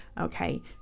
okay